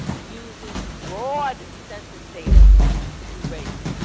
uses broad census data to do raids.